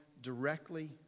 directly